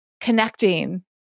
connecting